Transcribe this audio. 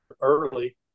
early